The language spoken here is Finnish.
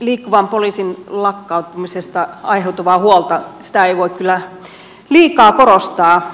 liikkuvan poliisin lakkauttamisesta aiheutuvaa huolta ei voi kyllä liikaa korostaa